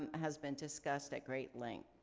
has been discussed at great length.